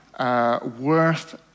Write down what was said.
Worth